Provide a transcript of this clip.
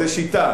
זו שיטה,